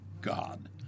God